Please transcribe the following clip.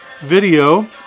video